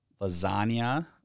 Lasagna